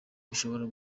bishobora